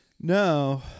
No